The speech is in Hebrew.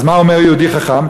אז מה אומר יהודי חכם?